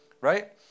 right